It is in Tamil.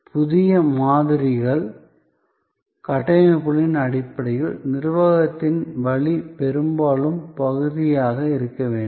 புதிய மாதிரிகள் கட்டமைப்புகளின் அடிப்படையில் நிர்வாகத்தின் வழி பெரும்பாலும் பகுதியாக இருக்க வேண்டும்